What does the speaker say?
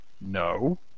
No